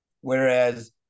whereas